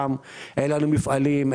אין לנו מפעלים,